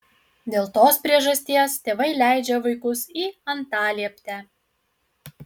dėl tos priežasties tėvai leidžia vaikus į antalieptę